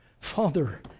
Father